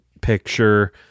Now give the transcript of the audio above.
picture